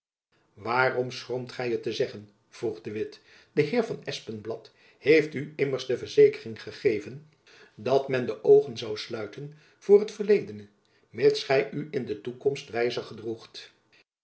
waarom schroomt gy het te zeggen vroeg de witt de heer van espenblad heeft u immers de verzekering gegeven dat men de oogen zoû sluiten jacob van lennep elizabeth musch voor het verledene mids gy u in de toekomst wijzer gedroegt